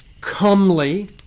comely